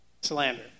Slander